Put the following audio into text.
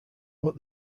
but